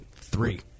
Three